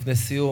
לפני סיום,